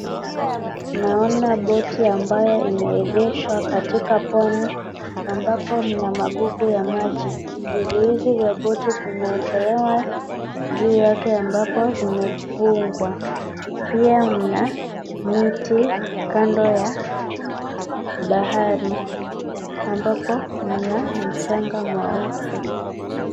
Tunaona boti ambayo imeegeshwa katika pwani ambapo mna magugu ya maji. Vizuizi vya boti vimeekelewa juu yake ambapo vimefungwa. Pia mna miti kando ya bahari ambapo kuna mchanga mweupe.